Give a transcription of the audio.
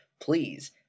please